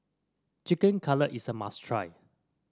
Chicken Cutlet is a must try